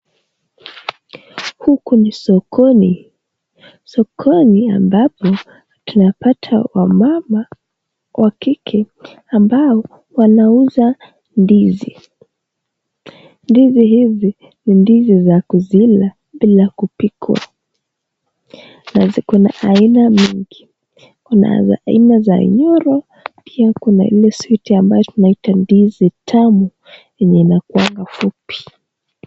Huku ni sokoni ,sokoni ambapo tunapata wamama wa kike ambao wanauza ndizi , ndizi hizi ni ndizi za kuzila bila kupikwa na ziko na aina mingi kuna za aina za inyoro pia kuna ile sweet ambayo tunaita ndizi tamu yenye inakuwaga fupi.